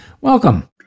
welcome